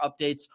updates